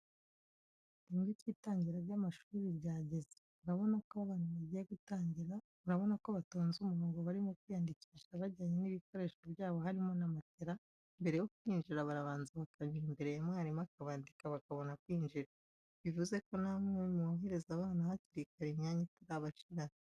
Igihembwe cy'itangira ry'amashuri ryageze, urabona ko abana bagiye gutangira urabona ko batonze umurongo barimo kwiyandikisha bajyanye n'ibikoresho byabo harimo na matera, mbere yo kwinjira baranza bakanyura imbere ya mwarimu akabandika bakabona kwinjira, bivuze ko namwe mwohereze abana hakirikare imyanya itabashirana.